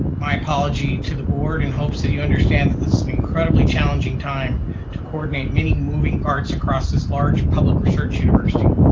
my apology to the board in hopes that you understand that this is an incredibly challenging time to coordinate many moving parts across this large public research university.